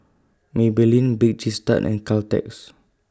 Maybelline Bake Cheese Tart and Caltex